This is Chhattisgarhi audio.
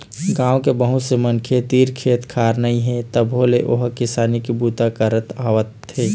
गाँव के बहुत से मनखे तीर खेत खार नइ हे तभो ले ओ ह किसानी के बूता करत आवत हे